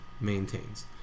maintains